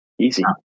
Easy